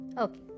Okay